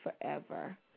forever